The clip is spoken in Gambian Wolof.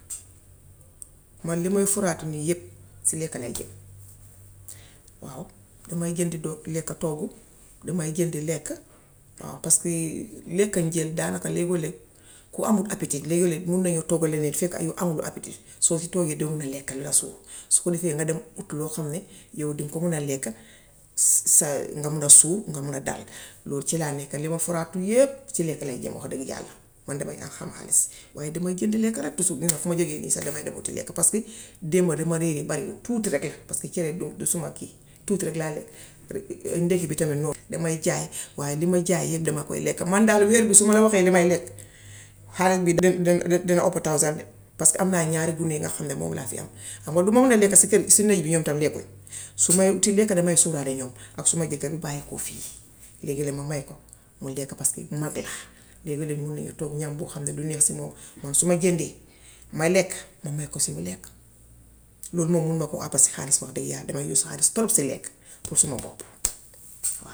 Man lu mooy foraatu lii yépp, si lekka la jëm waaw damay jënd lekka toggu, damay jënd lekk paska lekku njël daanaka léego-leeg, ku amul appétit léego-leeg mun nañoo togg leneen fekk yaw amuloo appétit, soo ci toogee doo mun a lekka lu la suur. Su ko defee nga dem ut loo xam ni yaw diŋ ko mën a lekka sa nga mun a suur. nga mun a dal. Lool ci laa nekk. Li ma foraatu yépp ci lekka lay jëm wax dëgg yàlla. Man damay ham xaalis waaye damay jënd lekka rekk tusuur. Bu ma jugee nii sax damay dem uti lekka paska démba li ma reere bariwul, tuuti rekk la parska cere du suma kii. Tuuti rekk laa lekk. Ndekki bi tamit noonu la. Damay jaay waaye li may jaay yépp dama koy lekka. Moom daal yépp su ma la waxee li may lekk xaalis bi de de de dina upp thousand parska am naa ñaari gune yoo xam ne moom laa fi am. Xam nga duma mun a lekka si kër gi si néeg bi ñoom tam lekkuñu. Su may uti lekka damay sóoraale ñooñu ndax suma jëkkër du bàyyekoo fii. Léegi nag ma may ko muy lekka paska mag la. Léegi-lee mun nañoo togg ñam wo xam ne du neex si moom. Man su ma jëndee, ma lekk ma may ko si mu lekk. Loolu moom mënuma ko paska xaalis wax dëgga yàlla damay use xaalis torob si lekka pour sama boppa.